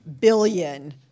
billion